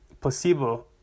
placebo